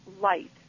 light